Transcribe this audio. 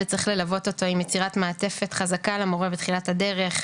וצריך ללוות אותו עם יצירת מעטפת חזקה למורה בתחילת הדרך,